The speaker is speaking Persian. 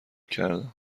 کردم